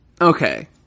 Okay